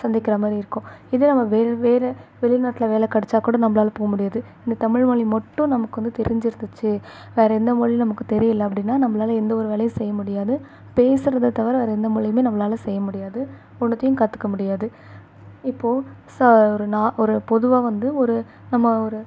சந்திக்கிறமாரி இருக்கும் இதே நம்ம வேறு வேலை வெளிநாட்டில வேலை கிடச்சாக்கூட நம்மளால போக முடியாது இந்த தமிழ்மொழி மட்டும் நமக்கு வந்து தெரிஞ்சிருந்துச்சு வேற எந்த மொழியும் நமக்கு தெரியலை அப்படின்னா நம்மளால எந்த ஒரு வேலையும் செய்ய முடியாது பேசுகிறத தவிர வேற எந்த மொழியுமே நம்மளால செய்ய முடியாது ஒன்னுத்தியும் கற்றுக்க முடியாது இப்போது ச ஒரு நான் ஒரு பொதுவாக வந்து ஒரு நம்ம ஒரு